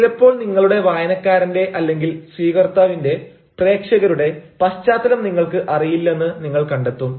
ചിലപ്പോൾ നിങ്ങളുടെ വായനക്കാരന്റെ അല്ലെങ്കിൽ സ്വീകർത്താവിന്റെ പ്രേക്ഷകരുടെ പശ്ചാത്തലം നിങ്ങൾക്ക് അറിയില്ലെന്ന് നിങ്ങൾ കണ്ടെത്തും